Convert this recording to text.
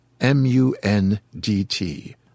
M-U-N-D-T